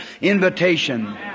invitation